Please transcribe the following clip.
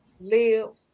live